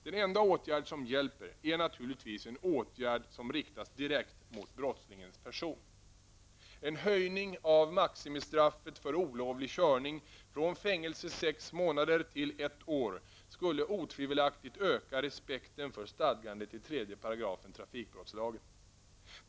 Den enda åtgärd som hjälper är naturligtvis en åtgärd som riktas direkt mot brottslingens person. En höjning av maximistraffet för olovlig körning från fängelse i sex månader till fängelse i ett år skulle otvivelaktigt öka respekten för stadgandet i 3 § trafikbrottslagen.